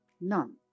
None